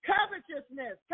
Covetousness